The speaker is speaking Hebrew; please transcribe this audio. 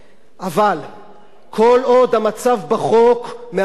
כל עוד המצב בחוק מאפשר אפליה בוטה,